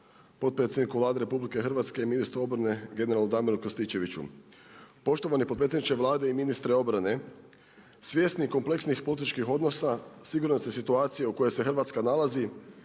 potpredsjedniku Vlade RH i ministru obrane generalu Damiru Krstičeviću. Poštovani potpredsjedniče Vlade i ministre obrane, svjesni kompleksnih političkih odnosa, sigurnosne situacije u kojoj se Hrvatska nalazi,